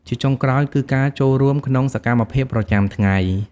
ជាចុងក្រោយ គឺ ការចូលរួមក្នុងសកម្មភាពប្រចាំថ្ងៃ ។